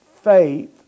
faith